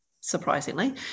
surprisingly